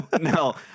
No